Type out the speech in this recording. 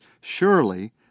surely